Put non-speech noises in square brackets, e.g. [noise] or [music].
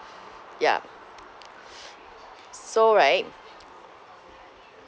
ya [noise] so right